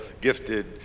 gifted